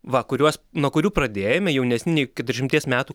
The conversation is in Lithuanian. va kuriuos nuo kurių pradėjome jaunesni nei keturiasdešimties metų